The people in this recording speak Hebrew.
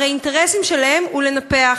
הרי האינטרסים שלהם הם לנפח,